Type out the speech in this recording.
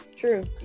true